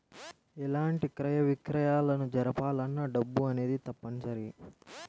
ఎలాంటి క్రయ విక్రయాలను జరపాలన్నా డబ్బు అనేది తప్పనిసరి